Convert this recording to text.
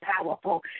powerful